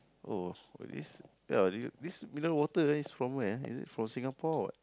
oh this ah this mineral water is from where ah is it from Singapore or what